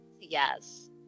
Yes